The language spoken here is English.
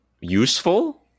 useful